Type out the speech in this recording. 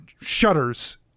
shudders